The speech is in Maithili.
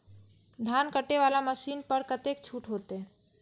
धान कटे वाला मशीन पर कतेक छूट होते?